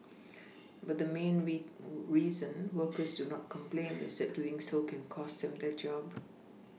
but the main reason workers do not complain is that doing so can cost them their job